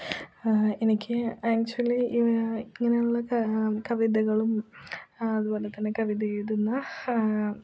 എനിക്ക് ആക്ച്വലീ ഇങ്ങനെയുള്ള കവിതകളും അതുപോലെ തന്നെ കവിത എഴുതുന്ന